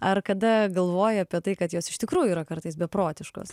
ar kada galvojai apie tai kad jos iš tikrųjų yra kartais beprotiškos